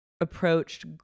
approached